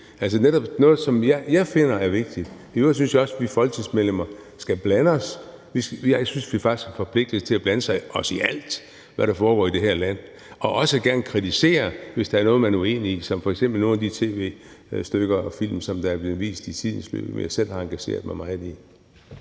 det er netop noget, som jeg finder er vigtigt. I øvrigt synes jeg også, at vi folketingsmedlemmer skal blande os. Jeg synes, vi faktisk er forpligtet til at blande os i alt, hvad der foregår i det her land, og også gerne kritisere, hvis der er noget, man er uenig i, som f.eks. nogle af de tv-stykker og film, som er blevet vist i tidens løb – noget, som jeg selv har engageret mig meget i.